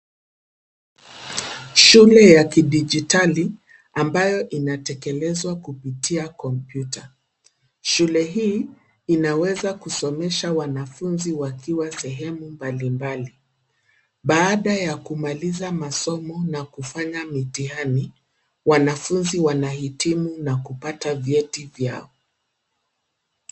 Shule ya kidijitali, ambayo inatekelezwa kupitia kompyuta. Shule hii inaweza kusomesha wanafunzi wakiwa sehemu mbalimbali. Baada ya kumaliza masomo na kufanya mitihani, wanafunzi wanahitimu na kupata vyeti vyao.